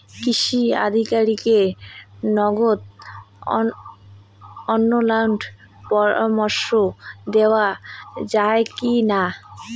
কৃষি আধিকারিকের নগদ অনলাইন পরামর্শ নেওয়া যায় কি না?